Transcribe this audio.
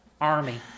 army